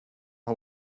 who